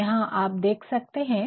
आप यहाँ देख सकते है